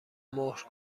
مهر